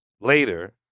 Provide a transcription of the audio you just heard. later